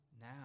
now